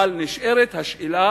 אבל נשארת השאלה